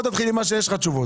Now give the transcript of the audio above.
בוא תתחיל עם מה שיש לך תשובות.